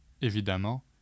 évidemment